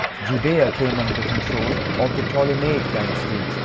judea came under the control of the ptolemaic dynasty.